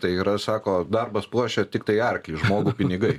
tai yra sako darbas puošia tiktai arklį žmogų pinigai